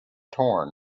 torn